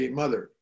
mother